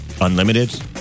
unlimited